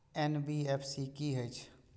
NBFC की हे छे?